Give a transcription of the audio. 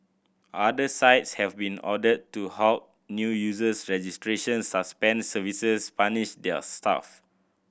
other sites have been ordered to halt new users registrations suspend services punish their staff